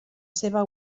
seva